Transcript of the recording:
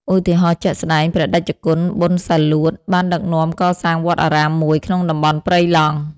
ឧទាហរណ៍ជាក់ស្ដែង ព្រះតេជគុណប៊ុន សាលួត បានដឹកនាំកសាងវត្តអារាមមួយក្នុងតំបន់ព្រៃឡង់។